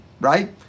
right